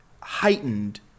heightened